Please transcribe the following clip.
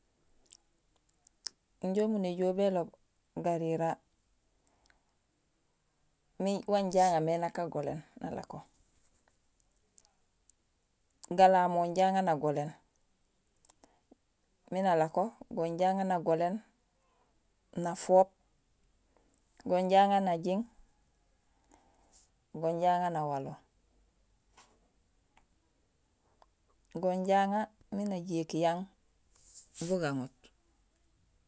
Injé umu néjool béloob garira ming, wanja aŋarmé nak agoléén nalako. Galaamo inja aŋaar nagoléén miin alako, gon inja aŋaar nagoléén nafoop, gon inja aŋaar najiiŋ, gon inja aŋaar nawalo, gon inja aŋaar miin ajéék yang bu gaŋoot